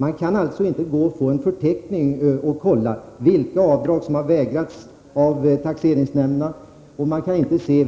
Man kan alltså inte få någon förteckning där man kan kolla vilka avdrag som har underkänts av taxeringsnämnderna och